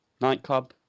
nightclub